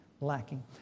lacking